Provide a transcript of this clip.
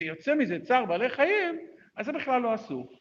‫שיוצא מזה צער בעלי חיים, ‫על זה בכלל לא עשו.